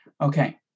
Okay